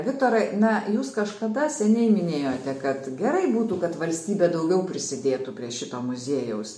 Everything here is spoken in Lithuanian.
viktorai na jūs kažkada seniai minėjote kad gerai būtų kad valstybė daugiau prisidėtų prie šito muziejaus